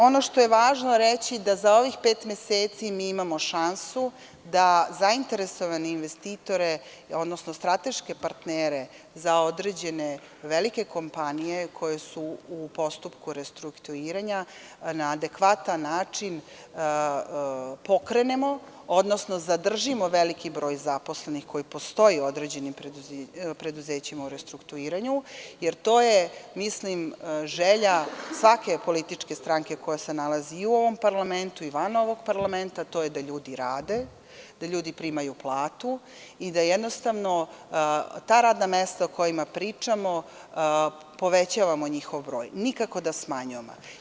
Ono što je važno reći je da za ovih pet meseci imamo šansu da zainteresovane investitore, odnosno strateške partnere za određene velike kompanije, koje su u postupku restrukturiranja, na adekvatan način pokrenemo, odnosno zadržimo veliki broj zaposlenih koji postoje u određenim preduzećima u restrukturiranju, jer to je želja svake političke stranke koja se nalazi i u ovom parlamentu i van ovog parlamenta, a to je da ljudi rade, da primaju platu i da ta radna mesta o kojima pričamo povećavamo, a nikako da smanjujemo.